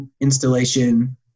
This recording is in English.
installation